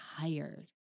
tired